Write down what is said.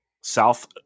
South